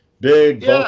Big